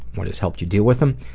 what has helped you deal with them?